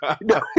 no